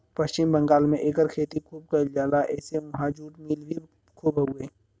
पश्चिम बंगाल में एकर खेती खूब कइल जाला एसे उहाँ जुट मिल भी खूब हउवे